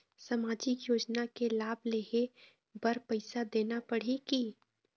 सामाजिक योजना के लाभ लेहे बर पैसा देना पड़ही की?